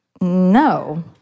No